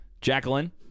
Jacqueline